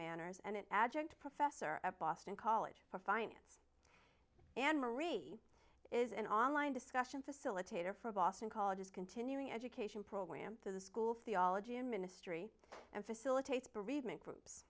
manners and an adjunct professor at boston college for finance and marie is an online discussion facilitator for a boston college is continuing education program for the school theology and ministry and facilitates bereavement groups